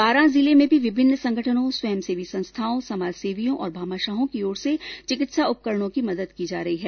बांरा जिले में भी विभिन्न संगठनों स्वयंसेवी संस्थाओं समाजसेवियों और भामाशाहों की ओर से चिकित्सा उपकरणों की मदद दी जा रही है